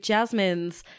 Jasmine's